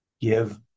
give